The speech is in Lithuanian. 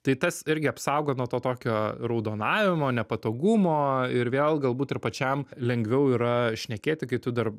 tai tas irgi apsaugo nuo to tokio raudonavimo nepatogumo ir vėl galbūt ir pačiam lengviau yra šnekėti kai tu dar